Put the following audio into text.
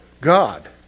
God